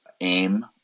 aim